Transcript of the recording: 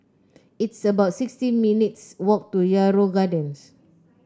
it's about sixty minutes' walk to Yarrow Gardens